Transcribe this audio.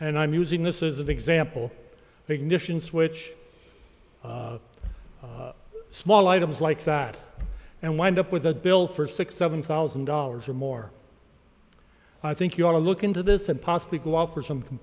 and i'm using this is an example ignition switch small items like that and wind up with a bill for six seven thousand dollars or more i think you ought to look into this and possibly go offer some